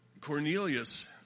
Cornelius